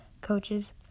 coaches